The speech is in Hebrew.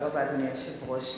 אדוני היושב-ראש,